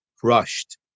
crushed